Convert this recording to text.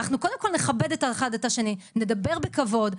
אנחנו קודם כל נכבד אחד את השני, נדבר בכבוד.